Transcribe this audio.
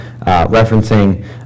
referencing